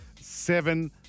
seven